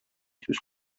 сүз